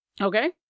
Okay